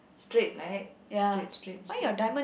straight right straight straight straight